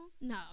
No